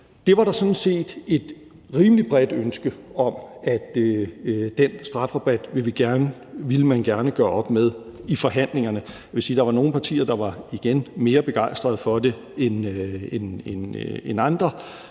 set et rimelig bredt ønske om, at den strafrabat ville man gerne gøre op med i forhandlingerne. Det vil sige, at der igen var nogle partier, der var mere begejstrede for det end andre.